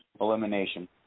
elimination